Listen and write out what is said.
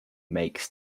makes